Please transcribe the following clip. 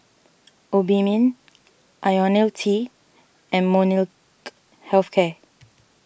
Obimin Ionil T and Molnylcke Health Care